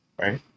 right